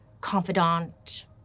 confidant